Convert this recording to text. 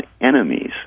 enemies